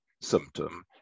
symptom